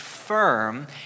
firm